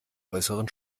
äußeren